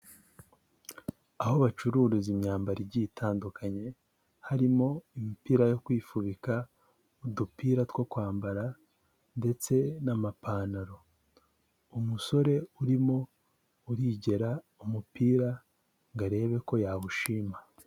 Aho bacururiza imyambaro igiye itandukanye, harimo imipira yo kwifubika, udupira two kwambara ndetse n'amapantaro, umusore urimo urigera umupira ngo arebe ko yawushima.